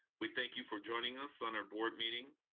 we thank you for joining us on our board meeting,